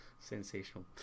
Sensational